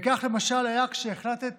וכך למשל היה כשהחלטת